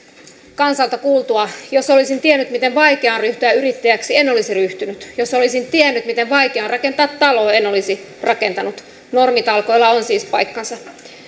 kansalta kuultua jos olisin tiennyt miten vaikeaa on ryhtyä yrittäjäksi en olisi ryhtynyt jos olisin tiennyt miten vaikeaa on rakentaa talo en olisi rakentanut normitalkoilla on siis paikkansa